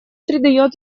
придает